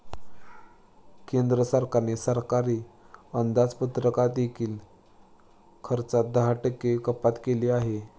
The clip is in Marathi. केंद्र सरकारने सरकारी अंदाजपत्रकातील खर्चात दहा टक्के कपात केली आहे